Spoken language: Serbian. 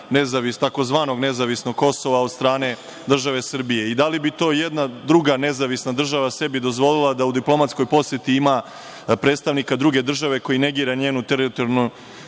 i priznanje tzv. nezavisnog Kosova od strane države Srbije? Da li bi to ijedna druga nezavisna država sebi dozvolila da u diplomatskoj poseti ima predstavnika druge države koji negira njenu celinu,